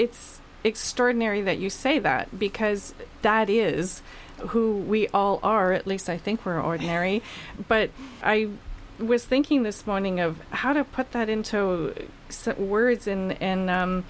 's extraordinary that you say that because that is who we all are at least i think we're ordinary but i was thinking this morning of how to put that into words